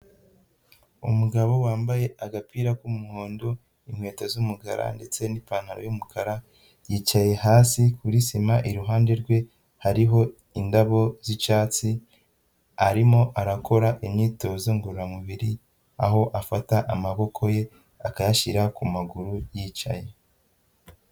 Umugabo wambaye agapira k'umuhondo, inkweto z'umukara ndetse n'ipantaro y'umukara, yicaye hasi kuri sima, iruhande rwe hariho indabo z'icyatsi, arimo arakora imyitozo ngororamubiri, aho afata amaboko ye akayashyira ku maguru yicaye.